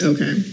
Okay